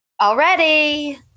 Already